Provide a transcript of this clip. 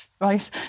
Right